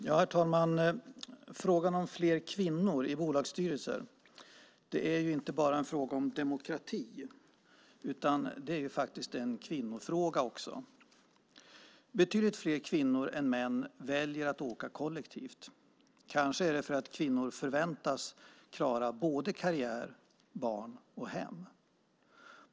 Herr talman! Frågan om fler kvinnor i bolagsstyrelser är inte bara en fråga om demokrati, utan det är också en kvinnofråga. Betydligt fler kvinnor än män väljer att åka kollektivt. Kanske är det för att kvinnor förväntas klara både karriär, barn och hem.